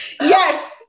yes